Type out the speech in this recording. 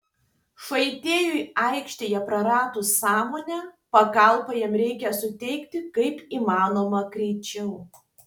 žaidėjui aikštėje praradus sąmonę pagalbą jam reikia suteikti kaip įmanoma greičiau